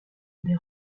des